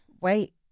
Wait